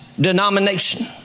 denomination